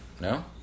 No